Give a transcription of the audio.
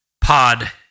Pod